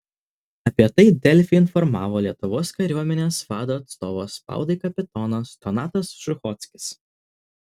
apie tai delfi informavo lietuvos kariuomenės vado atstovas spaudai kapitonas donatas suchockis